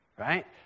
Right